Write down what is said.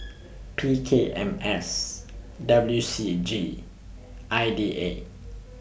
P K M S W C G I D A